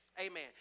Amen